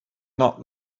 not